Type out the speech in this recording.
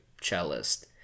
cellist